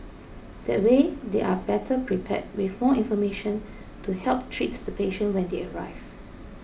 that way they are better prepared with more information to help treat the patient when they arrive